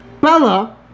Bella